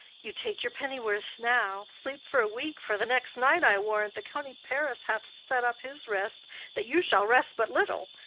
you take your pennyworths now! sleep for a week for the next night, i warrant, the county paris hath set up his rest that you shall rest but little.